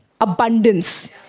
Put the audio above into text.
abundance